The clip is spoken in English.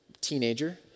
teenager